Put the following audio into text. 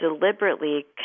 deliberately